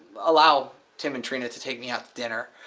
allow tim and trina to take me out to dinner,